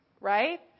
right